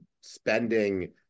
spending